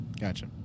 Gotcha